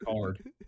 card